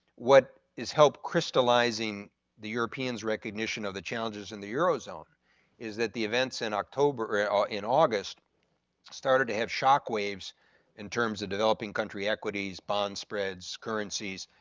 what is help crystalizing the europeans' recognition of the challenges in euro zone is that the events in october ah ah in august started to have shock waves in terms of developing country equities, bond spreads, currencies,